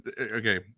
okay